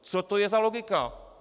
Co to je za logiku?